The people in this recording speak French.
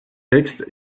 texte